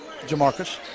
Jamarcus